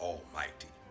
Almighty